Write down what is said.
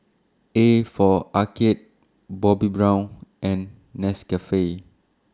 A For Arcade Bobbi Brown and Nescafe